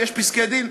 ויש פסקי-דין,